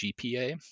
GPA